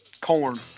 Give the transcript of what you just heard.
corn